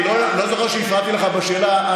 אני לא זוכר שהפרעתי לך בשאלה.